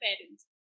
parents